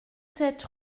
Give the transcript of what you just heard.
sept